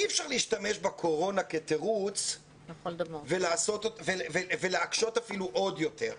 אי-אפשר להשתמש בקורונה כתירוץ ולהקשות אפילו עוד יותר.